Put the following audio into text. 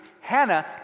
Hannah